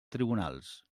tribunals